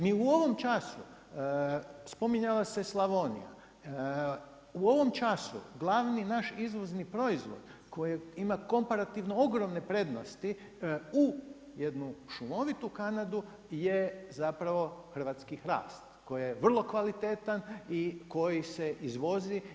Mi u ovom času, spominjala se Slavonija, u ovom času glavni naš izvozni proizvod koji ima komparativno ogromne prednosti u jednu šumovitu Kanadu je zapravo hrvatski hrast koji je vrlo kvalitetan i koji se izvozi.